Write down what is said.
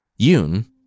Yoon